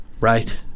right